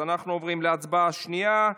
אני קובע כי הצעה זו עברה בקריאה טרומית.